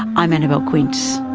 i'm annabelle quince.